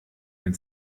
den